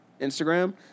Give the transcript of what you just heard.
Instagram